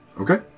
Okay